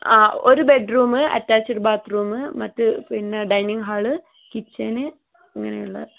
അ ഒരു bedroom attached bathroom മറ്റ് പിന്നെ ഡൈനിങ് ഹാൾ കിച്ചന് അങ്ങനെ ഉള്ള